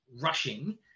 rushing